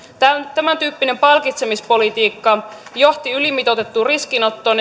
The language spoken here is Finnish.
tämäntyyppinen palkitsemispolitiikka johti ylimitoitettuun riskinottoon